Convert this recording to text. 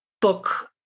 book